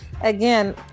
again